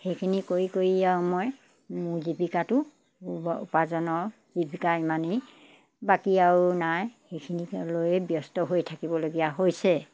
সেইখিনি কৰি কৰি আৰু মই মোৰ জীৱিকাটো উপাৰ্জনৰ জীৱিকা ইমানেই বাকী আৰু নাই সেইখিনিকলৈয়ে ব্যস্ত হৈ থাকিবলগীয়া হৈছে